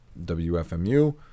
WFMU